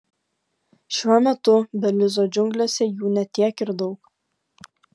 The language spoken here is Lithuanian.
šiuo metu belizo džiunglėse jų ne tiek ir daug